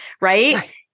Right